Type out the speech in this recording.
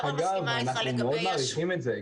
אנחנו מאוד מעריכים את זה,